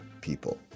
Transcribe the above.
people